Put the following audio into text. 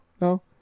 no